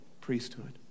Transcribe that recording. priesthood